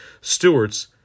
Stewards